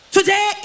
Today